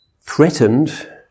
threatened